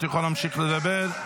אתה יכול להמשיך לדבר.